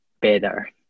better